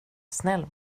snäll